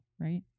right